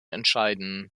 entscheiden